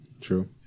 True